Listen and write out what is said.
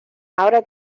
ahora